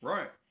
Right